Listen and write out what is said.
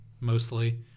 mostly